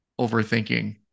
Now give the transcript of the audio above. overthinking